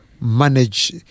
manage